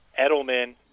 Edelman